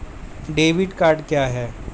Debit card क्या है?